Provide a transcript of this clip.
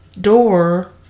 door